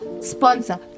sponsor